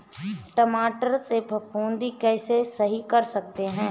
टमाटर से फफूंदी कैसे सही कर सकते हैं?